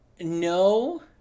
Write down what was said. no